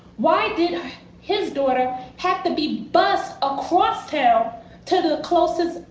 why did his daughter had to be bused across town to the closest.